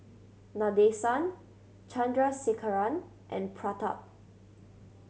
Nadesan Chandrasekaran and Pratap